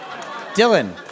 Dylan